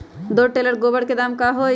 दो टेलर गोबर के दाम का होई?